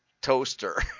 toaster